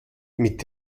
mit